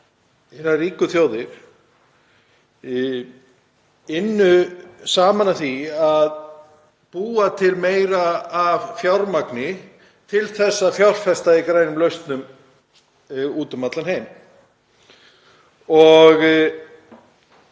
hinar ríku þjóðir ynnu saman að því að búa til meira af fjármagni til að fjárfesta í grænum lausnum úti um allan heim.